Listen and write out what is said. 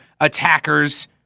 attackers